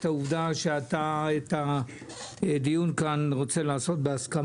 העובדה שאתה רוצה לעשות את הדיון כאן בהסכמה.